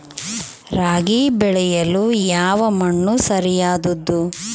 ರಾಗಿ ಬೆಳೆಯಲು ಯಾವ ಮಣ್ಣು ಸರಿಯಾದದ್ದು?